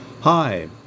Hi